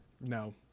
No